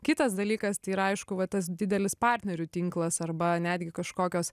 kitas dalykas tai yra aišku va tas didelis partnerių tinklas arba netgi kažkokios